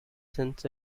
since